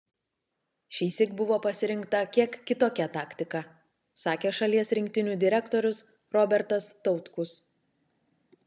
šįsyk buvo pasirinkta kiek kitokia taktika sakė šalies rinktinių direktorius robertas tautkus